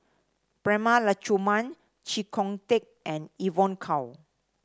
Prema Letchumanan Chee Kong Tet and Evon Kow